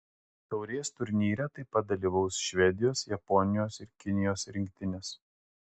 taurės turnyre taip pat dalyvaus švedijos japonijos ir kinijos rinktinės